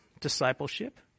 discipleship